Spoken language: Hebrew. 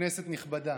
כנסת נכבדה,